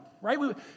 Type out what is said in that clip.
right